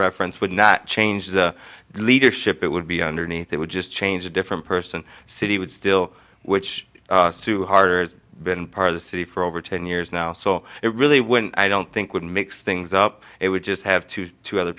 reference would not change the leadership it would be underneath it would just change a different person city would still which suharto has been part of the city for over ten years now so it really wouldn't i don't think would mix things up it would just have to go to other